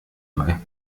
bei